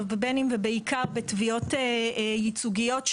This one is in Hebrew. ובעיקר בתביעות ייצוגיות,